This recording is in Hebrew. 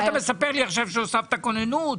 מה אתה מספר לי עכשיו שהוספתם כוננות?